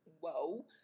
whoa